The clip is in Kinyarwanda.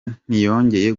ntiyongeye